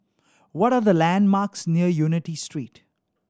what are the landmarks near Unity Street